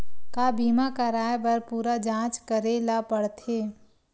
का बीमा कराए बर पूरा जांच करेला पड़थे?